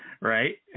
Right